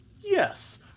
Yes